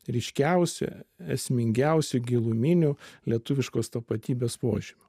ryškiausia esmingiausių giluminių lietuviškos tapatybės požymių